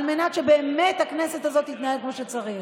על מנת שהכנסת הזאת באמת תתנהל כמו שצריך,